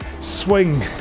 swing